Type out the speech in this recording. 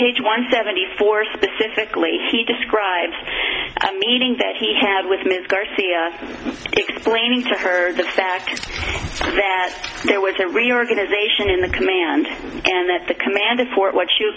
page one seventy four specifically he describes a meeting that he had with ms garcia explaining to her the fact that there was a reorganization in the command and that the command for what you